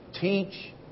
Teach